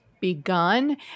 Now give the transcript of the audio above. begun